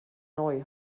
neu